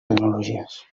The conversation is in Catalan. tecnologies